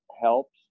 helps